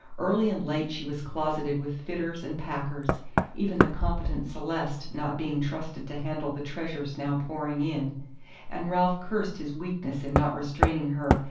early and late she was closeted with fitters and packers even the competent celeste not being trusted to handle the treasures now pouring in and ralph cursed his weakness in not restraining her,